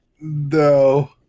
No